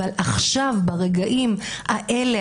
אבל עכשיו ברגעים האלה,